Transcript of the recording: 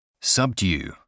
Subdue